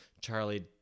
Charlie